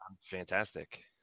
fantastic